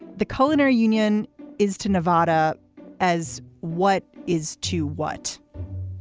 the culinary union is to nevada as what is to what?